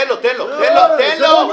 תן לו, תן לו, תן לו.